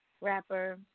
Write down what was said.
rapper